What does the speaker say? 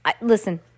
listen